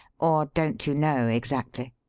or don't you know, exactly?